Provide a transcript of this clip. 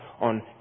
on